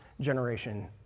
generation